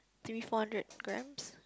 three four hundred grams